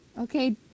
Okay